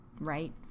right